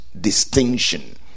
distinction